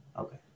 okay